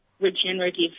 regenerative